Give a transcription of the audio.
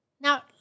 Now